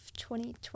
2020